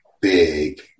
big